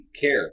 care